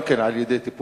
גם כן, על-ידי